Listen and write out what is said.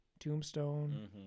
tombstone